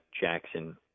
Jackson